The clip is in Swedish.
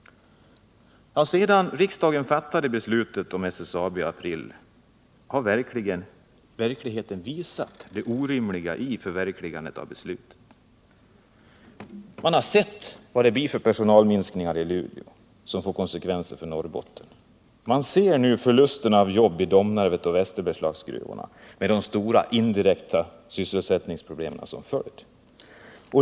Sedan riksdagen fattade beslutet om SSAB i april har verkligheten visat det orimliga i förverkligandet av beslutet. Man har sett vilka personalminskningar det blivit i Luleå och vilka konsekvenser det fått för Norrbotten. Man ser nu förlusterna av jobb i Domnarvet och Västerbergslagens gruvor och de stora indirekta sysselsättningsproblem som följer därav.